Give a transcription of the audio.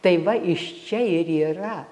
tai va iš čia ir yra